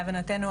להבנתנו,